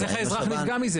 אז איך האזרח נפגע מזה?